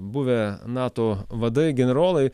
buvę nato vadai generolai